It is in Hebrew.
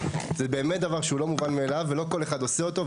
זה באמת דבר שהוא לא מובן מאליו ולא כל אחד עושה אותו.